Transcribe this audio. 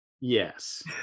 yes